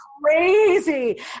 Crazy